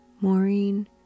Maureen